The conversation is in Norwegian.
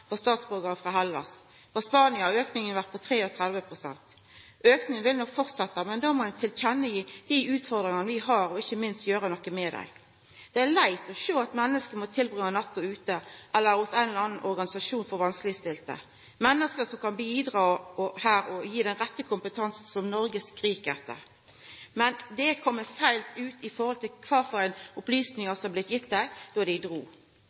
frå Hellas. Frå Spania har auken vore på 33 pst., og auken vil nok fortsetja. Men då må ein gi til kjenne dei utfordringane vi har – og ikkje minst gjera noko med dei. Det er leitt å sjå at menneske må tilbringa natta ute eller hos ein eller annan organisasjon for vanskelegstilte – menneske som kan bidra her og ha den rette kompetansen som Noreg skrik etter. Men dette har komme feil ut når det gjeld kva for